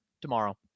tomorrow